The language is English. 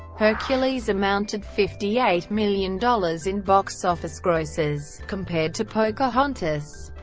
hercules amounted fifty eight million dollars in box office grosses, compared to pocahontas,